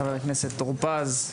ח"כ טור פז,